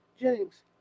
Jennings